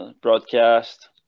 Broadcast